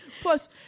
Plus